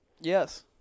Yes